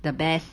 the best